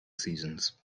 seasons